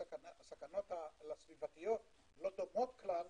הסכנות הסביבתיות לא דומות כלל